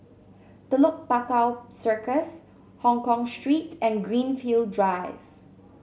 Telok Paku Circus Hongkong Street and Greenfield Drive